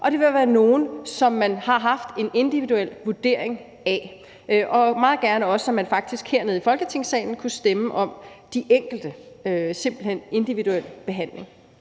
Og det vil være nogle, som man har haft en individuel vurdering af. Og vi så meget gerne, at man også hernede i Folketingssalen kunne stemme om de enkelte, simpelt hen en individuel behandling.